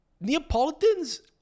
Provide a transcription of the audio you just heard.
Neapolitans